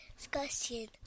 Discussion